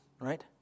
right